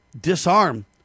disarm